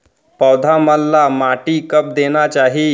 पौधा मन ला माटी कब देना चाही?